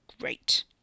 Great